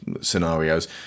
scenarios